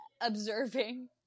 observing